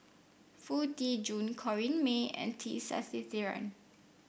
Foo Tee Jun Corrinne May and T Sasitharan